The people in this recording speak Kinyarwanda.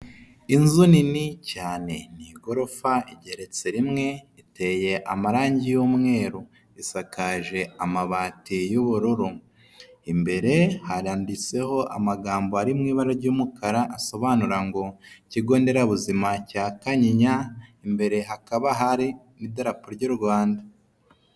Inzu nini cyane, ni igorofa igeretse rimwe iteye amarangi y'umweru isakaje amabati y'ubururu, imbere haranditseho amagambo ari mu ibara ry'umukara asobanura ngo Ikigo nderabuzima cya Kanyinya, imbere hakaba hari n'Idarapo ry'u Rwanda.